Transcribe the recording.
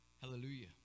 Hallelujah